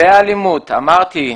אמרתי,